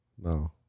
No